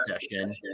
session